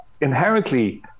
inherently